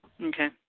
Okay